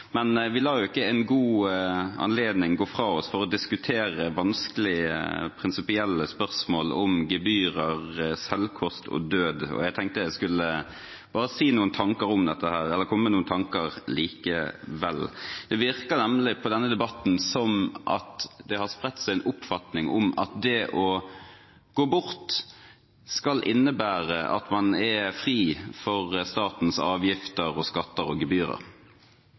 Men vi lar ikke en god anledning gå fra oss til å diskutere vanskelige prinsipielle spørsmål om gebyrer, selvkost og død, og jeg tenkte jeg bare skulle komme med noen tanker om dette likevel. Det virker nemlig på denne debatten som at det har spredt seg en oppfatning av at det å gå bort skal innebære at man er fri for statens avgifter, skatter og gebyrer.